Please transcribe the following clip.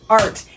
art